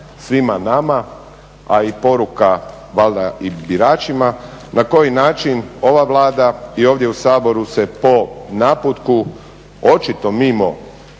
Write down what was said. Hvala na